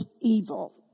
evil